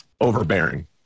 overbearing